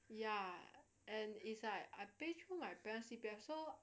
ya and it's like I pay through my parent's C_P_F so